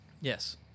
Yes